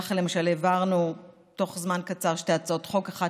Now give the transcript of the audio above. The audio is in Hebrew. ככה למשל העברנו בתוך זמן קצר שתי הצעות חוק: אחת